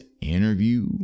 interview